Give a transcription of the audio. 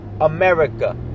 America